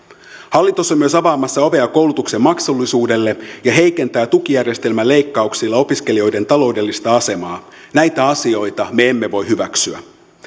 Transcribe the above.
hallitus on myös avaamassa ovea koulutuksen maksullisuudelle ja heikentää tukijärjestelmän leikkauksilla opiskelijoiden taloudellista asemaa näitä asioita me emme voi hyväksyä